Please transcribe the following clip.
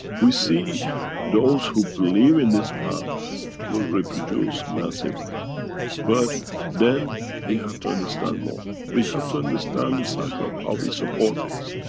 we see those who believe in this path will reproduce massively but then we have to understand more. we have to understand the cycle of how we support this.